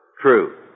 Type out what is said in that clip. true